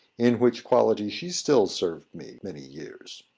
in which quality she still served me many years.